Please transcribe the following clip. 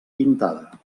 pintada